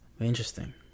interesting